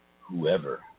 whoever